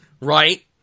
right